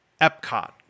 Epcot